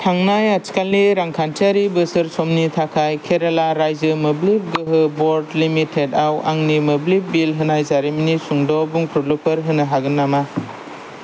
थांनाय आथिखालनि रांखान्थियारि बोसोर समनि थाखाय केरेला रायजो मोब्लिब गोहो बर्ड लिमिटेड आव आंनि मोब्लिब बिल होनाय जारिमिननि सुंद' बुंफुरलुफोर होनो हागोन नामा